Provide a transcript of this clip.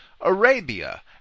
Arabia